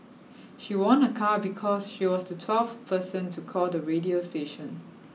she won a car because she was the twelfth person to call the radio station